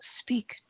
speak